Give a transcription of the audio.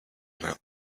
about